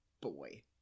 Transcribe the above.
boy